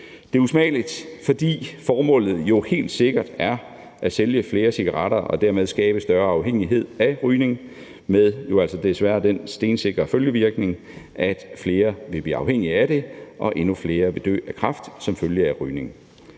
Det er usmageligt, fordi formålet jo helt sikkert er at sælge flere cigaretter og dermed skabe en større afhængighed af rygning med jo desværre den stensikre følgevirkning, at flere vil blive afhængige af det og endnu flere vil dø af kræft som følge af rygning.